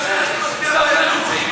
סבלנות,